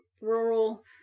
rural